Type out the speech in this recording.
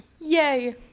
yay